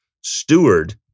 steward